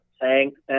thanks